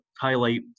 highlight